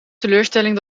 teleurstelling